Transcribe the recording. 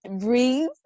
breathe